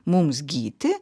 mums gyti